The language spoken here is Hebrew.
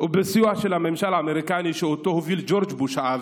ובסיוע של הממשל האמריקני שאותו הוביל ג'ורג' בוש האב,